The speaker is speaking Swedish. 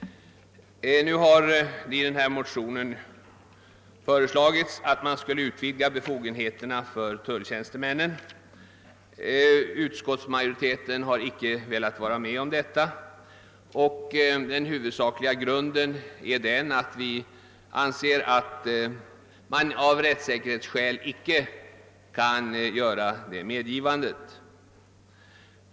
I motionen har föreslagits att man skulle utvidga befogenheterna för tulltjänstemännen. Utskottsmajoriteten har inte velat vara med om detta. Den huvudsakliga anledningen härtill är att vi anser att man av rättssäkerhetsskäl icke kan göra ett sådant medgivande.